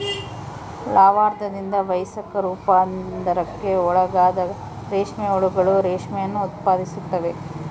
ಲಾರ್ವಾದಿಂದ ವಯಸ್ಕ ರೂಪಾಂತರಕ್ಕೆ ಒಳಗಾದಾಗ ರೇಷ್ಮೆ ಹುಳುಗಳು ರೇಷ್ಮೆಯನ್ನು ಉತ್ಪಾದಿಸುತ್ತವೆ